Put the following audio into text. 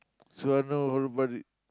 so I know everybody